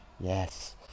Yes